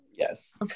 Yes